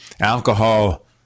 alcohol